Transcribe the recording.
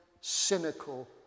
cynical